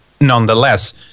nonetheless